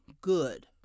good